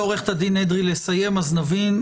עורכת הדין עדס, מי מדבר על הלשכות?